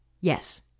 Yes